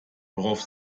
worauf